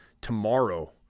tomorrow